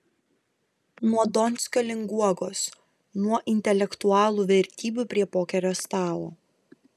nuo donskio link guogos nuo intelektualų vertybių prie pokerio stalo